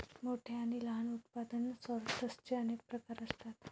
मोठ्या आणि लहान उत्पादन सॉर्टर्सचे अनेक प्रकार आहेत